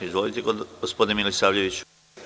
Izvolite, gospodine Milisavljeviću.